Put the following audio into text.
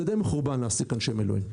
זה די מחורבן להעסיק אנשי מילואים.